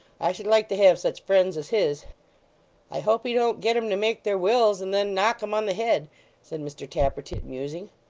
i should like to have such friends as his i hope he don't get em to make their wills, and then knock em on the head said mr tappertit, musing.